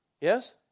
yes